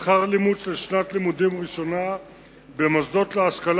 שכר לימוד של שנת לימודים ראשונה במוסדות להשכלה